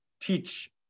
teach